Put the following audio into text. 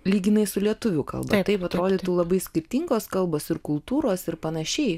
lyginai su lietuvių kalba taip atrodytų labai skirtingos kalbos ir kultūros ir panašiai